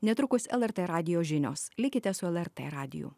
netrukus lrt radijo žinios likite su lrt radiju